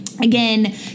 again